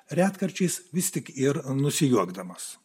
retkarčiais vis tik ir nusijuokdamas